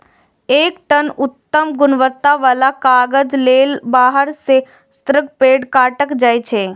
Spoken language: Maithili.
एक टन उत्तम गुणवत्ता बला कागज लेल बारह सं सत्रह पेड़ काटल जाइ छै